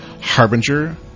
Harbinger